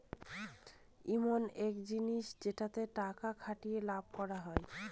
ইমন এক জিনিস যেটাতে টাকা খাটিয়ে লাভ করা হয়